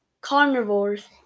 carnivores